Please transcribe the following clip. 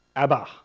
Abba